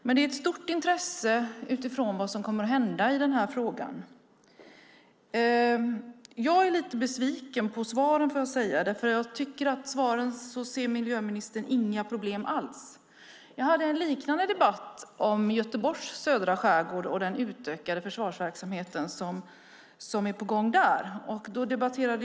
Det finns ett stort intresse för vad som kommer att hända i denna fråga. Jag är lite besviken på ministerns svar. Miljöministern verkar inte se några som helst problem. Jag hade en liknande debatt med försvarsministern om Göteborgs södra skärgård och den utökade försvarsverksamhet som är på gång där.